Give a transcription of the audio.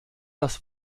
das